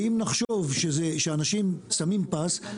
ואם נחשוב שאנשים שמים פס,